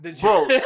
Bro